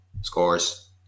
scores